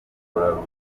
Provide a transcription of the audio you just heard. buraruko